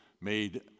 made